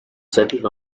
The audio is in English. settled